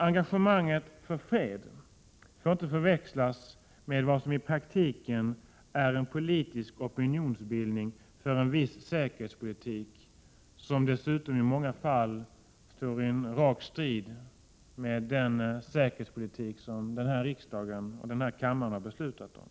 Engagemanget för fred får inte heller förväxlas med vad som i praktiken är en politisk opinionsbildning för en viss säkerhetspolitik, som dessutom i många fall står i direkt strid med den säkerhetspolitik som riksdagen och kammaren har beslutat om.